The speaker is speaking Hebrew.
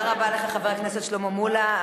תודה רבה לך, חבר הכנסת שלמה מולה.